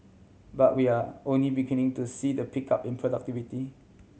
but we are only beginning to see the pickup in productivity